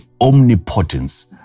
omnipotence